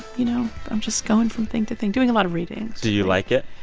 you know, i'm just going from thing to thing, doing a lot of readings do you like it?